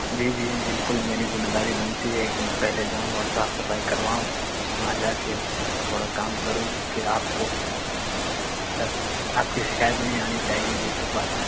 جی جی بالکل میری ذمہ داری بنتی ہے کہ میں پہلے جاؤں اور صاف صفائی کرواؤں وہاں جا کے تھوڑا کام کروں پھر آپ کو مطلب آپ کی شکایت نہیں آنی چاہیے یہ سر بات